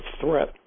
threat